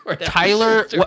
Tyler